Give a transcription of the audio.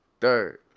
Third